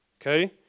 Okay